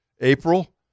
April